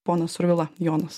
ponas survila jonas